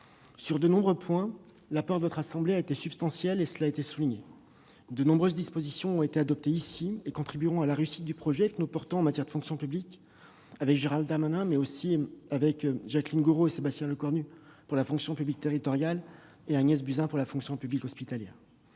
Sur de nombreux points, l'apport de votre assemblée a été substantiel. De nombreuses dispositions ont été adoptées ici et contribueront à la réussite du projet que nous défendons en matière de fonction publique, Gérald Darmanin et moi-même pour la fonction publique d'État, Jacqueline Gourault et Sébastien Lecornu pour la fonction publique territoriale et Agnès Buzyn pour la fonction publique hospitalière.